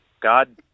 God